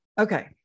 okay